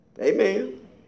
Amen